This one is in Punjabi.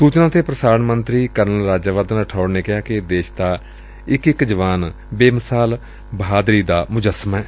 ਸੁਚਨਾ ਅਤੇ ਪ੍ਸਾਰਣ ਮੰਤਰੀ ਕਰਨਲ ਰਾਜਿਆਵਰਧਨ ਰਾਠੌਤ ਨੇ ਕਿਹਾ ਕਿ ਦੇਸ਼ ਦਾ ਇਕ ਇਕ ਜਵਾਨ ਬੇਮਿੱਸਾਲ ਬਹਾਦਰੀ ਦਾ ਮੁਜੱਸਮਾ ਏ